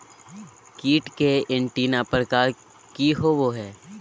कीट के एंटीना प्रकार कि होवय हैय?